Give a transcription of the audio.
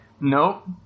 nope